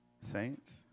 Saints